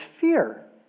fear